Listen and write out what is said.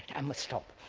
i must stop.